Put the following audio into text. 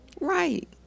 Right